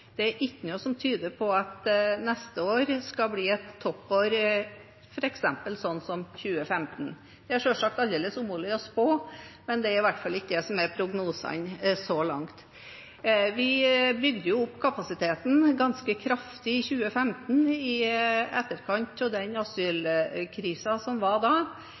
Det er ikke noe som tyder på at neste år skal bli et toppår, f.eks. sånn som 2015. Det er selvsagt aldeles umulig å spå, men det er i hvert fall ikke det som er prognosene så langt. Vi bygde jo opp kapasiteten ganske kraftig i 2015, i etterkant av den asylkrisen som var da,